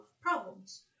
problems